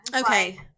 Okay